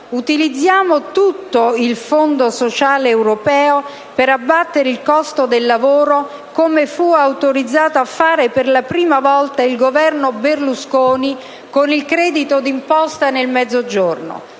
utilizziamo tutto il Fondo sociale europeo per abbattere il costo del lavoro, come fu autorizzato per la prima volta a fare il Governo Berlusconi con il credito d'imposta nel Mezzogiorno.